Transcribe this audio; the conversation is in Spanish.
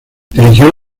dirigió